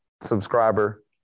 subscriber